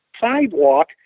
sidewalk